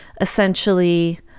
essentially